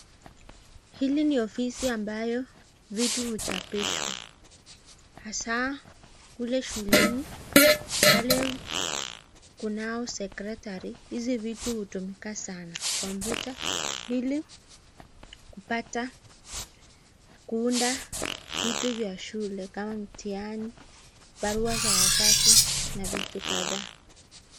Hili ni ofisi mbayo vitu huchapishwa hasa kule shuleni. Pale kunao sekritari hizi vitu hutumika sana kompyuta ili kupata kuunda vitu vya shule kama mtihani, barua za wazazi na vitu kadha.